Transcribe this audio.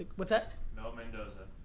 what's that? mel mandoza.